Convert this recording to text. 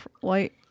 white